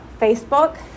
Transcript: Facebook